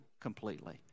completely